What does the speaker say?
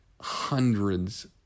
hundreds